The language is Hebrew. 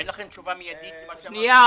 אין לכם תשובה מיידית למה שאמרתי?